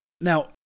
Now